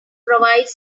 provides